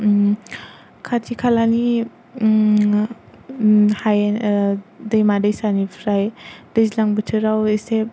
खाथि खालानि हाय दैमा दैसानिफ्राय दैज्लां बोथोराव एसे